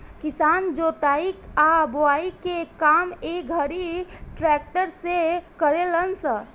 किसान जोताई आ बोआई के काम ए घड़ी ट्रक्टर से करेलन स